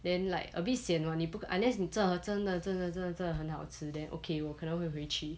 then like a bit sian [what] 你不 unless 你真的真的真的真的真的很好吃 then okay 我可能会回去